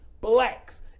blacks